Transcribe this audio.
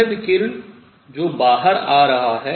वह विकिरण जो बाहर आ रहा है